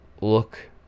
look